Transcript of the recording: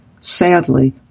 Sadly